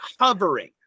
hovering